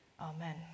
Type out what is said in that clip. Amen